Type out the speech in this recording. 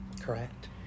Correct